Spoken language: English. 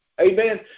Amen